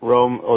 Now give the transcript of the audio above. Rome